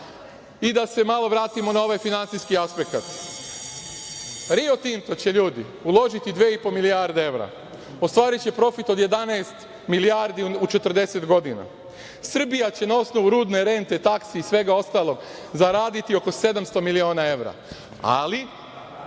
i da se malo vratimo na ovaj finansijski aspekat. Rio Tinto će ljudi uložiti dve i po milijarde evra, ostvariće profit od jedanaest milijardi u 40 godina. Srbija će na osnovu rudne rente, taksi i svega ostalog zaraditi oko 700 miliona evra, ali